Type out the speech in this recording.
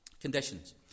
conditions